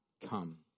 come